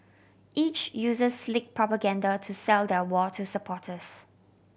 each uses slick propaganda to sell their war to supporters